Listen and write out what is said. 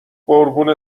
قربون